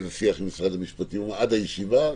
משרד המשפטים עד הישיבה,